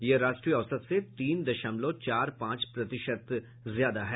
यह राष्ट्रीय औसत से तीन दशमलव चार पांच प्रतिशत ज्यादा है